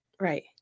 Right